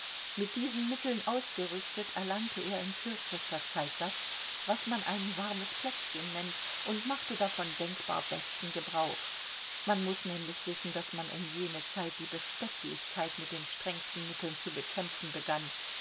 mit diesen mitteln ausgerüstet erlangte er in kürzester zeit das was man ein warmes plätzchen nennt und machte davon denkbar besten gebrauch man muß nämlich wissen daß man um jene zeit die bestechlichkeit mit den strengsten mitteln zu bekämpfen begann